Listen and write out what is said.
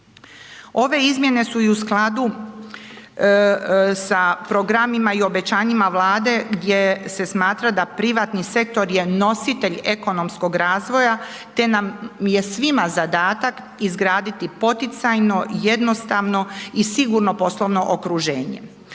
Ove izmjene su i u skladu sa programima i obećanjima Vlade gdje se smatra da privatni sektor je nositelj ekonomskog razvoja te nam je svima zadatak izgraditi poticajno, jednostavno i sigurno poslovno okruženje.